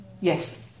yes